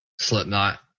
Slipknot